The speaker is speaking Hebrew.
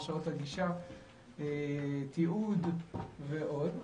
הרשאות לגישה תיעוד ועוד.